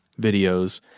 videos